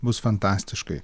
bus fantastiškai